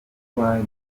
twari